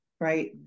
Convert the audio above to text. right